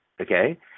Okay